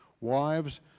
Wives